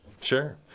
Sure